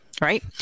Right